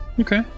Okay